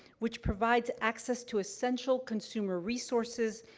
which provides access to essential consumer resources,